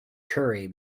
curry